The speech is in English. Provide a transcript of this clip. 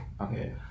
Okay